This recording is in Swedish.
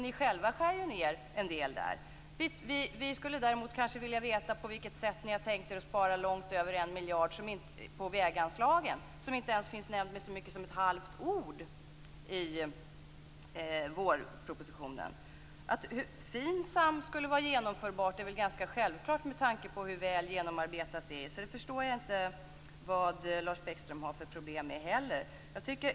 Ni själva skär ju ned en del där. Vi skulle däremot kanske vilja veta på vilket sätt ni har tänkt er att spara långt över en miljard på väganslaget - något som inte står nämnt med så mycket som ett halvt ord i vårpropositionen. Att FINSAM skulle vara genomförbart är väl ganska självklart med tanke på hur väl genomarbetat det är. Så det förstår jag inte heller vad Lars Bäckström har för problem med.